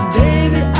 baby